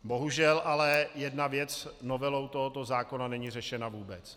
Bohužel ale jedna věc novelou tohoto zákona není řešena vůbec.